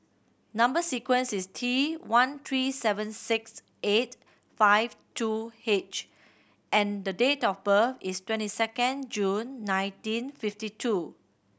number sequence is T one three seven six eight five two H and the date of birth is twenty second June nineteen fifty two